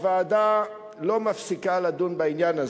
הוועדה לא מפסיקה לדון בעניין הזה,